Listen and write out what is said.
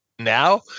now